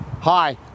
Hi